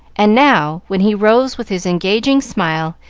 and now, when he rose with his engaging smile,